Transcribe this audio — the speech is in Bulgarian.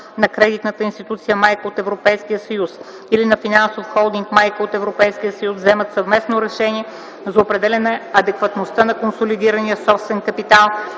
на кредитна институция майка от Европейския съюз или на финансов холдинг майка от Европейския съюз, вземат съвместно решение за определяне адекватността на консолидирания собствен капитал